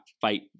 fight